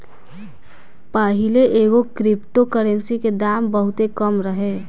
पाहिले एगो crypto currency के दाम बहुते कम रहे